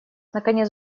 наконец